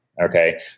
Okay